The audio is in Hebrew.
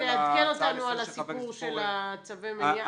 כן, תעדכן אותנו על הסיפור של צווי המניעה.